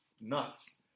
nuts